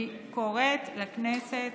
אני קוראת לכנסת